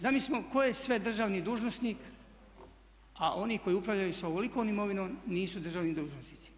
Zamislimo tko je sve državni dužnosnik, a oni koji upravljaju sa ovolikom imovinom nisu državni dužnosnici.